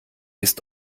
ist